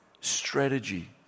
strategy